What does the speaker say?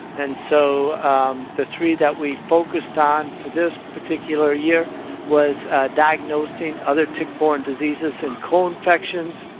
and so the three that we focused on for this particular year was diagnosing other tick-borne diseases and co-infections.